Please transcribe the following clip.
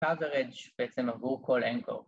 ‫חזר עד שבעצם עברו כל אנקולוגיה.